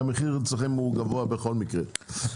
הרי המחיר אצלכם גבוה בכל מקרה.